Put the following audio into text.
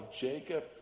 Jacob